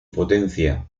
potencia